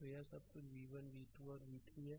तो यह सब कुछ v1 v2 और v3 है